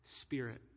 spirit